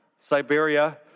Siberia